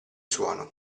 suono